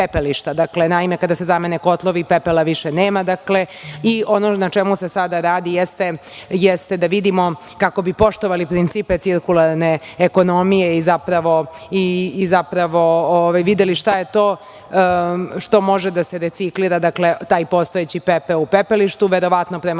Naime, kada se zamene kotlovi pepela više nema i ono na čemu se sada radi jeste da vidimo kako bi poštovali principe cirkularne ekonomije i zapravo videli šta je to što može da se reciklira, taj postojeći pepeo u pepelištu verovatno prema